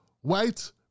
white